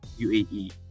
UAE